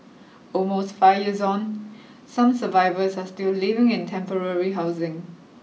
almost five years on some survivors are still living in temporary housing